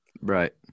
Right